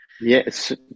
Yes